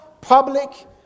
public